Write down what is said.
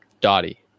Dottie